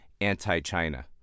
anti-China